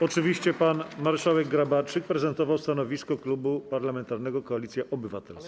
Oczywiście pan marszałek Grabarczyk prezentował stanowisko Klubu Parlamentarnego Koalicja Obywatelska.